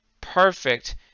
perfect